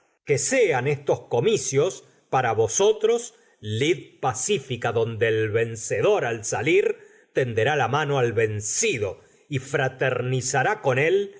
que sean estos comicios para vosotros lid pacifica donde el vencedor al salir tenderá la mano al vencido y fraternizará con él